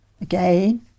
again